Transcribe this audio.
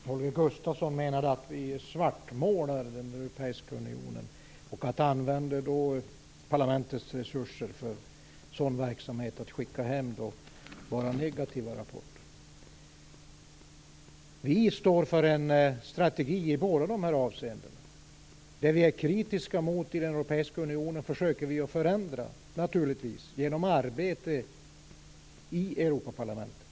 Herr talman! Holger Gustafsson menade att vi svartmålar den europeiska unionen och använder parlamentets resurser för att skicka hem våra negativa rapporter. Vi står för en strategi i båda dessa avseenden. Det vi är kritiska mot i den europeiska unionen försöker vi naturligtvis att förändra genom arbete i Europaparlamentet.